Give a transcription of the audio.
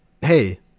hey